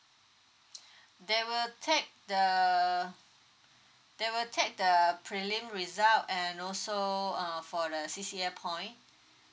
they will take the they will take the prelim result and also uh for the C_C_A point